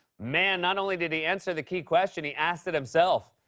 man, not only did he answer the key question, he asked it himself.